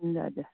ल ल